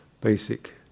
basic